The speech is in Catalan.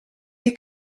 dir